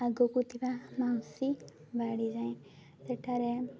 ଆଗକୁ ଥିବା ମାଉସୀ ବାଡ଼ି ଯାଏଁ ସେଠାରେ